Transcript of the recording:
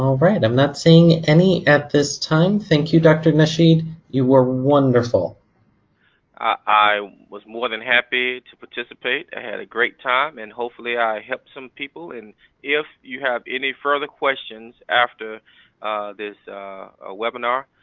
right, i'm not seeing any at this time. thank you, dr. nashid. you were wonderful. madyun i was more than happy to participate. i had a great time and hopefully i helped some people. and if you have any further questions after this ah webinar,